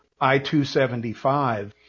I-275